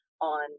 on